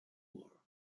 war